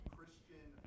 Christian